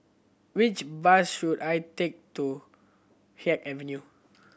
which bus should I take to Haig Avenue